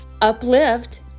uplift